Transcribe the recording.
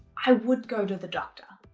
i would go to the doctor.